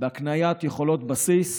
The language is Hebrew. בהקניית יכולות בסיס,